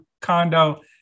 condo